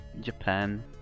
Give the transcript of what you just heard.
Japan